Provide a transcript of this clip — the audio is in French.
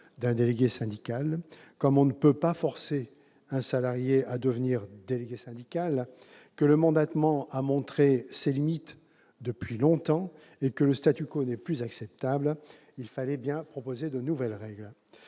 d'un délégué syndical. Comme on ne peut pas forcer un salarié à devenir délégué syndical, que le mandatement a montré depuis longtemps ses limites et que le n'est plus acceptable, il fallait bien proposer de nouvelles règles.